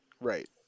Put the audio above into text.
Right